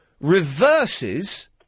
reverses